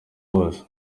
wose